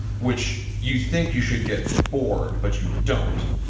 which you think you should get bored but you don't.